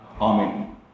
Amen